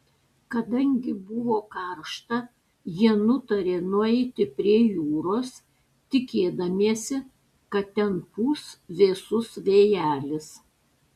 kadangi buvo karšta jie nutarė nueiti prie jūros tikėdamiesi kad ten pūs vėsus vėjelis